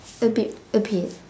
a bit a bit